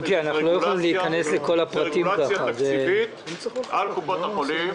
זו רגולציה תקציבית על קופות החולים.